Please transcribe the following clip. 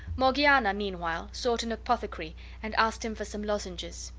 morgiana, meanwhile, sought an apothecary and asked him for some lozenges.